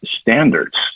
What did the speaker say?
standards